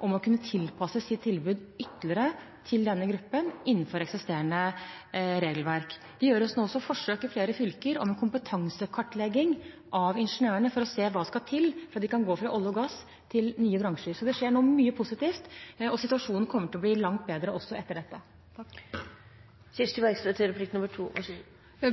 om å kunne tilpasse sitt tilbud ytterligere til denne gruppen, innenfor eksisterende regelverk. I flere fylker gjøres det også forsøk om en kompetansekartlegging av ingeniørene for å se hva som skal til for at de kan gå fra olje og gass til nye bransjer. Det skjer nå mye positivt, og situasjonen kommer til å bli langt bedre også etter dette. Det er